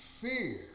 fear